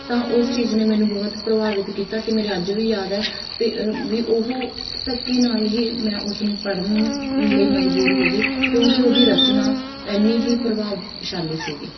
ਤਾਂ ਉਸ ਚੀਜ਼ ਨੇ ਮੈਨੂੰ ਬਹੁਤ ਪ੍ਰਭਾਵਿਤ ਕੀਤਾ ਅਤੇ ਮੇਰੇ ਅੱਜ ਵੀ ਯਾਦ ਹੈ ਅਤੇ ਵੀ ਉਹ ਧੱਕੇ ਨਾਲ ਹੀ ਮੈਂ ਉਸਨੂੰ ਪੜ੍ਹਨ ਲਈ ਮਜਬੂਰ ਹੋ ਗਈ ਕਿਉਂਕਿ ਉਹਦੀ ਰਚਨਾ ਇੰਨੀ ਹੀ ਪ੍ਰਭਾਵਸ਼ਾਲੀ ਸੀਗੀ